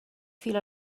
fil